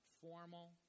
formal